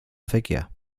figure